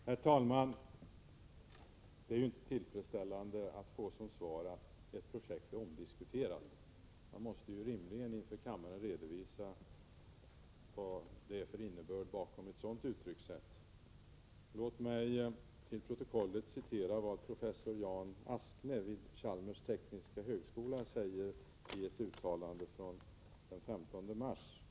Herr talman! Det är inte tillfredsställande att få svaret att ett projekt är omdiskuterat. Man måste rimligen inför kammaren också redovisa vad som ligger bakom ett sådant uttryckssätt. Låt mig till protokollet få läsa in vad professor Jan Askne vid Chalmers tekniska högskola säger i ett uttalande från den 15 mars.